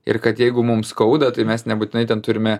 ir kad jeigu mum skauda tai mes nebūtinai ten turime